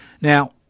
Now